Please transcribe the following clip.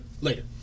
later